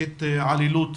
והיא התעללות